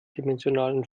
dimensionalen